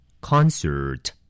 Concert